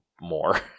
more